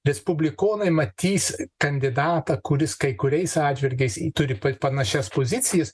respublikonai matys kandidatą kuris kai kuriais atžvilgiais turi panašias pozicijas